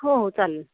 हो हो चालेल